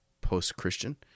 post-Christian